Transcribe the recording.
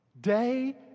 Day